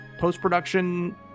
post-production